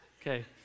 Okay